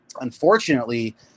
unfortunately